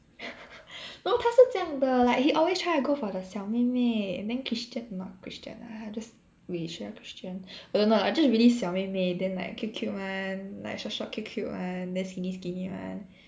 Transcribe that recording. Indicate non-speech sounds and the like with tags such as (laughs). (laughs) no 他是这样的 like he always try to go for the 小妹妹 and then christian not christian ah just racial christian although no lah just really 小妹妹 then like cute cute [one] like short short cute cute [one] then skinny skinny [one]